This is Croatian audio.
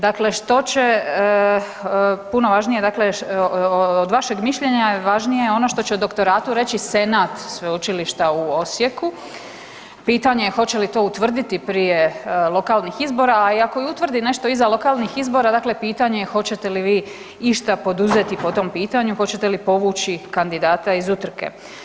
Dakle što će, puno važnije je dakle od vašeg mišljenja je važnije je ono što će o doktoratu reći Senat Sveučilišta u Osijeku, pitanje je hoće li to utvrditi prije lokalnih izbora, a i ako i utvrdi nešto iza lokalnih izbora, dakle pitanje je hoćete li vi išta poduzeti po tom pitanju, hoćete li povući kandidata iz utrke.